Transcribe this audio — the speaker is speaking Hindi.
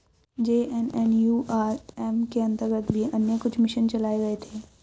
जे.एन.एन.यू.आर.एम के अंतर्गत भी अन्य कुछ मिशन चलाए गए थे